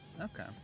Okay